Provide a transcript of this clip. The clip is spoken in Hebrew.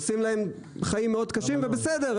עושים להם חיים מאוד קשים ובסדר,